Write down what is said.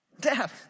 Dad